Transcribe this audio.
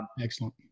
excellent